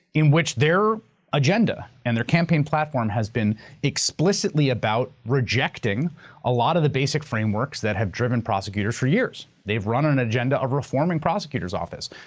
in which their agenda and their campaign platform has been explicitly about rejecting a lot of the basic frameworks that have driven prosecutors for years. they've run an agenda of reforming prosecutor's office,